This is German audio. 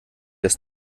das